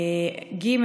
ג.